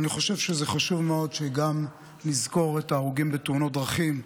ואני חושב שזה חשוב מאוד שנזכור גם את ההרוגים בתאונות דרכים,